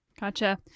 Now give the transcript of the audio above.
Gotcha